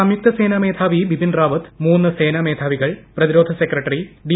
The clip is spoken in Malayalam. സംയുക്ത സേനാ മേധാവി ബിപിൻ റാവത് മൂന്ന് സേനാ മേധാവികൾ പ്രതിരോധ സെക്രട്ടറി ഡി